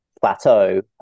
plateau